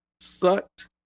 sucked